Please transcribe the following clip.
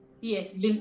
Yes